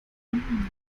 kommen